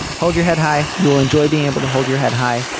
hold your head high. you will enjoy being able to hold your head high.